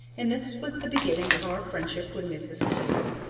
and this was the beginning of our friendship with mrs. kew.